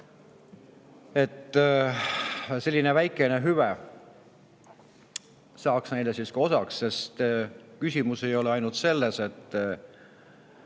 et selline väikene hüve saaks neile osaks, sest küsimus ei ole ainult selles, et